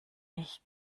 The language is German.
ich